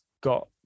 got